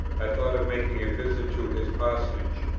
i thought of making a visit to his parsonage,